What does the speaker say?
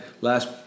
last